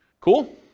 Cool